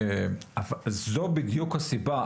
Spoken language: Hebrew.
זו בדיוק הסיבה,